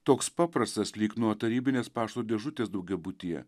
toks paprastas lyg nuo tarybinės pašto dėžutės daugiabutyje